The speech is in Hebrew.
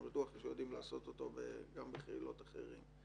ואני בטוח שיודעים לעשות אותו גם בחילות אחרים,